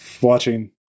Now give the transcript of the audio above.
watching